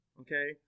okay